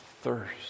thirst